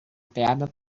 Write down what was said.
teyana